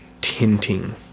tinting